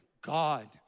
God